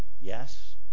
Yes